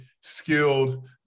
skilled